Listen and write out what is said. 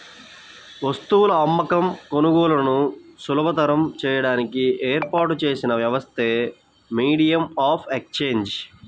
వస్తువుల అమ్మకం, కొనుగోలులను సులభతరం చేయడానికి ఏర్పాటు చేసిన వ్యవస్థే మీడియం ఆఫ్ ఎక్సేంజ్